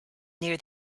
near